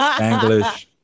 English